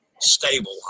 stable